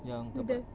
yang tempat